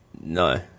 No